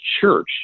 church